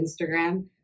Instagram